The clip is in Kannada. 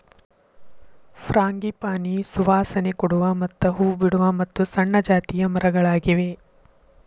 ಫ್ರಾಂಗಿಪಾನಿ ಸುವಾಸನೆ ಕೊಡುವ ಮತ್ತ ಹೂ ಬಿಡುವ ಮತ್ತು ಸಣ್ಣ ಜಾತಿಯ ಮರಗಳಾಗಿವೆ